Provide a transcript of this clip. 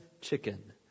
chicken